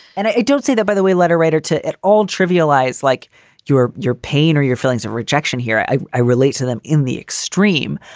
and i don't see that, by the way, letter writer to at all trivialize like your your pain or your feelings of rejection here i i relate to them in the extreme.